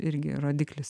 irgi rodiklis